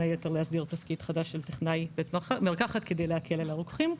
היתר להסדיר תפקיד חדש של "טכנאי בית מרקחת" כדי להקל על הרוקחים.